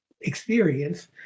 experience